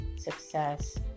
success